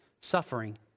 suffering